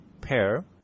Pear